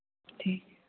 ठीक है